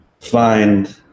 find